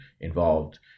involved